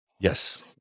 yes